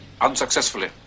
unsuccessfully